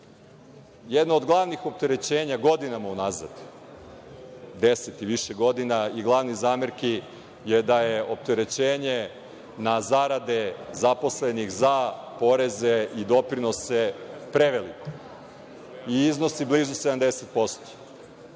Jedno od glavnih opterećenja godinama unazad, deset i više godina, i jedna od glavnih zamerki je da je opterećenje na zarade zaposlenih za poreze i doprinose preveliko i iznosi blizu 70%.